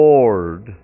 Lord